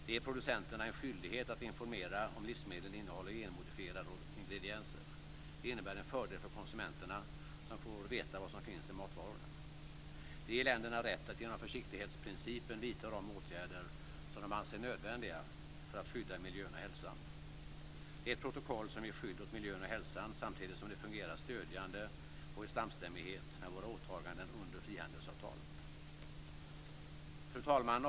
· Det ger producenterna en skyldighet att informera om livsmedlen innehåller genmodifierade ingredienser. · Det innebär en fördel för konsumenterna, som får veta vad som finns i matvarorna. · Det ger länderna rätt att genom försiktighetsprincipen vidta de åtgärder som de anser nödvändiga för att skydda miljön och hälsan. · Det är ett protokoll som ger skydd åt miljön och hälsan samtidigt som det fungerar stödjande och i samstämmighet med våra åtaganden under frihandelsavtalen.